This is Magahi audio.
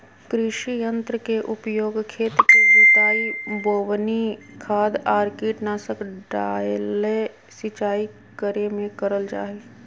कृषि यंत्र के उपयोग खेत के जुताई, बोवनी, खाद आर कीटनाशक डालय, सिंचाई करे मे करल जा हई